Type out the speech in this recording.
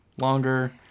longer